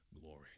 glory